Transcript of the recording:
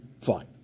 fine